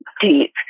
deep